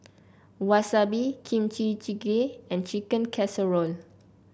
Wasabi Kimchi Jjigae and Chicken Casserole